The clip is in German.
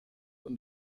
und